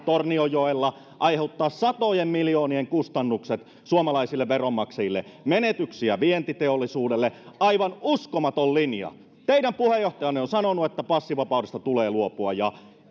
tornionjoella aiheuttaa satojen miljoonien kustannukset suomalaisille veronmaksajille menetyksiä vientiteollisuudelle aivan uskomaton linja teidän puheenjohtajanne on sanonut että passivapaudesta tulee luopua ja